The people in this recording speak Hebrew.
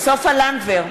לנדבר,